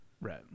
Right